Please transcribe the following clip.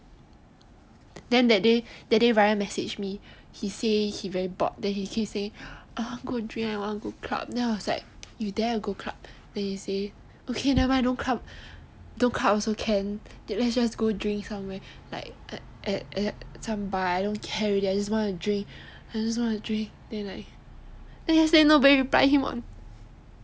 then that day ryan message me then he say he very bored then he keep saying I want to go drink leh I want to go club I was like you dare to go club then he say never mind don't club don't club also can let's just go drink somewhere at some bar I don't care already I just want to drink I just want to drink